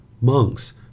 monks